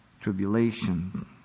tribulation